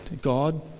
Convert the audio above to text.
God